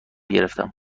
گرفتم